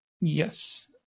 Yes